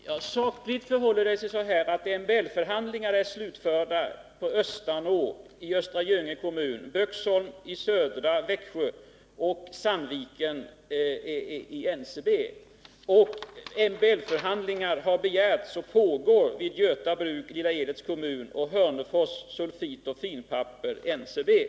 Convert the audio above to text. Herr talman! Sakligt förhåller det sig så att MBL-förhandlingar är slutförda på Östanå i Östra Göinge kommun, Böksholm inom Södra Skogsägarna och Sandviken inom NCB. MBL-förhandlingar har begärts och pågår vid Göta bruk, Lilla Edets kommun och vid NCB:s sulfitfabrik och finpappersbruk i Hörnefors.